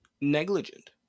negligent